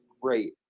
great